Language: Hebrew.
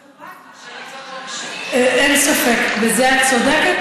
יותר מכובד מאשר, אין ספק, בזה את צודקת.